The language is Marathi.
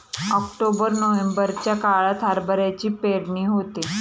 ऑक्टोबर नोव्हेंबरच्या काळात हरभऱ्याची पेरणी होते